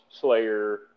Slayer